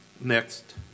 next